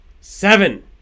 seven